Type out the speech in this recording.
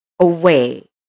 away